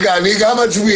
רגע, אני גם מצביע.